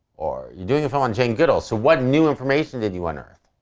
or you're doing a film on jane goodall, so what new information did you unearth?